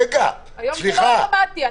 היום זה לא אוטומטי.